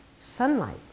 sunlight